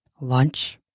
Lunch